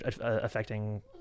affecting